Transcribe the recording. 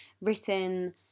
written